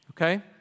Okay